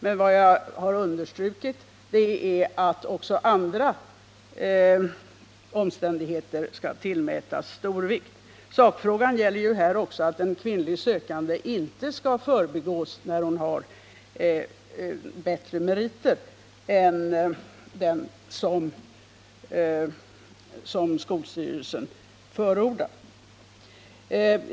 Men vad jag har understrukit är att också andra omständigheter skall tillmätas vikt. Sakfrågan gäller här också att en kvinnlig sökande inte skall förbigås när hon har bättre meriter än den som skolstyrelsen förordar.